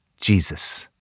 Jesus